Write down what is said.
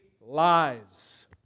lies